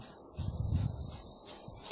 पुन्हा एकदा 4 bit adder येऊ